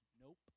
nope